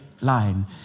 line